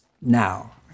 now